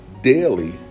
daily